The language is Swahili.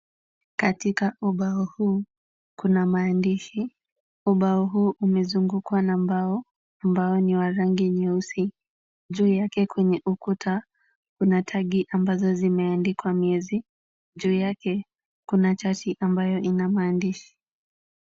Katika ubao huu kuna maandishi. Ubao huu umezungukwa na mbao ambao ni wa rangi nyeusi. Juu yake kwenye ukuta, kuna tagi ambazo zimeandikwa miezi. Juu yake kuna chati ambayo ina maandishi.